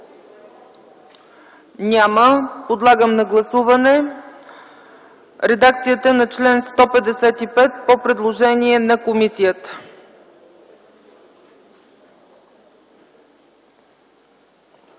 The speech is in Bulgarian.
Няма. Подлагам на гласуване редакцията на чл. 155 по предложение на комисията.